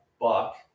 Buck